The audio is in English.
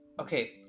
Okay